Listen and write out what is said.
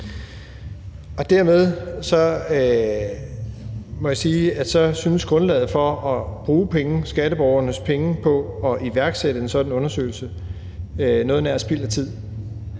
Dermed, må jeg sige, synes grundlaget for at bruge penge, skatteborgernes penge, på at iværksætte en sådan undersøgelse noget nær spild af tid,